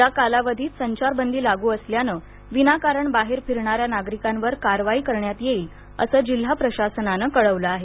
या कालावधीत संचारबंदी लागू असल्याने विनाकारण बाहेर फिरणाऱ्या नागरिकांवर कारवाई करण्यात येईल असं जिल्हा प्रशासनानं कळवलं आहे